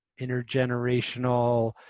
intergenerational